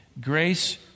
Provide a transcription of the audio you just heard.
grace